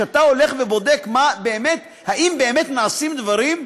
כשאתה הולך ובודק אם באמת נעשים דברים,